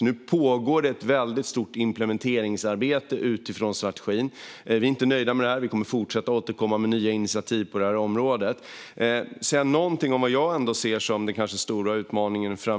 Det pågår alltså ett stort implementeringsarbete utifrån strategin. Vi nöjer oss inte med det. Vi kommer att fortsätta och återkomma med nya initiativ på området. Vad jag ser som den stora utmaningen för